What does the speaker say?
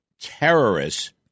terrorists